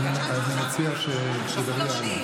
רק שנייה.